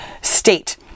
state